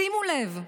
שימו לב.